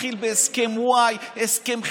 התחיל בהסכם וואי, הסכם חברון,